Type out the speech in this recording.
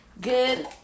good